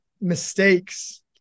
mistakes